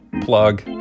plug